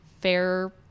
fair